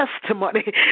testimony